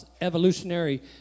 evolutionary